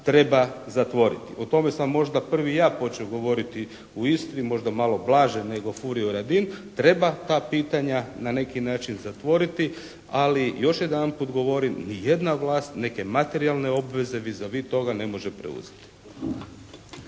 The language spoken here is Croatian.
treba zatvoriti. O tome sam vam možda prvi ja počeo govoriti u Istri, možda malo blaže nego Furio Radin, treba ta pitanja na neki način zatvoriti, ali još jedanput govorim ni jedna vlast neke materijalne obveze vis a vis toga ne može preuzeti.